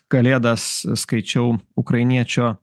kalėdas skaičiau ukrainiečio